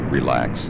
Relax